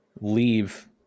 leave